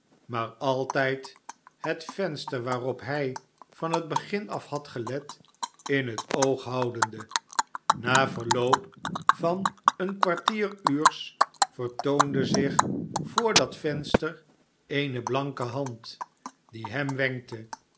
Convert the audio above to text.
maar altijd het venster waarop hij van het begin af had gelet in het oog houdende na verloop van een kwartieruurs vertoonde zich voor dat venster eene blanke hand die hem wenkte